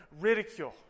ridicule